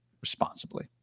responsibly